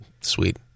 Sweet